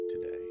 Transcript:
today